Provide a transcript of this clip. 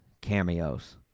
cameos